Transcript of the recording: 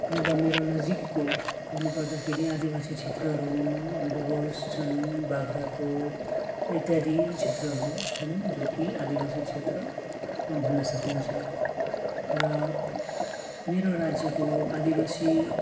र मेरो नजिकको भन्नु पर्दाखेरि आदिवासी क्षेत्रहरू हुन् डुअर्स छन् बाग्राकोट इत्यादि क्षेत्रहरू छन् जो कि आदिवासी क्षेत्र भन्न सकिन्छ र मेरो राज्यको आदिवासी